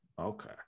Okay